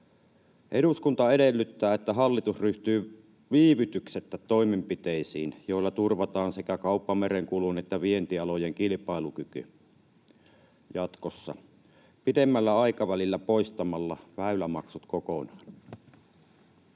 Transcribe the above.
”Eduskunta edellyttää, että hallitus ryhtyy viivytyksettä toimenpiteisiin, joilla turvataan sekä kauppamerenkulun että vientialojen kilpailukyky jatkossa pidemmällä aikavälillä poistamalla väylämaksut kokonaan.”